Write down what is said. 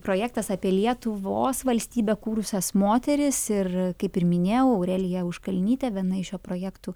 projektas apie lietuvos valstybę kūrusias moteris ir kaip ir minėjau aurelija auškalnytė viena iš šio projektų